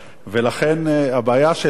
הבעיה שלנו באמת,